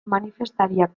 manifestariak